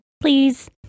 Please